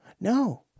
No